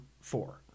four